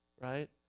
right